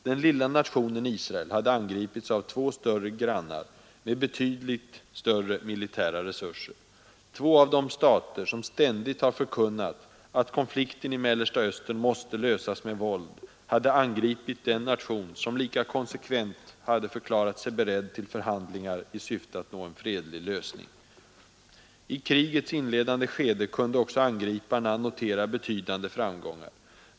Den lilla nationen Israel hade angripits av två större grannar, med betydligt större militära resurser. Två av de stater som ständigt förkunnat att konflikten i Mellersta Östern måste lösas med våld hade angripit en nation som lika konsekvent förklarat sig beredd till förhandlingar i syfte att nå en fredlig lösning. I krigets inledande skede kunde också angriparna notera betydande framgångar.